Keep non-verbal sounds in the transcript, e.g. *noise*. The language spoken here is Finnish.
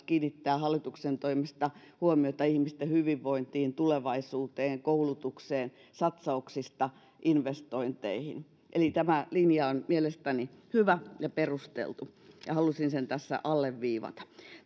*unintelligible* kiinnittää hallituksen toimesta huomiota ihmisten hyvinvointiin tulevaisuuteen ja koulutukseen satsauksista investointeihin eli tämä linja on mielestäni hyvä ja perusteltu ja halusin sen tässä alleviivata